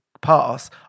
pass